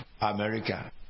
America